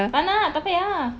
tak nak tak payah